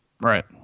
Right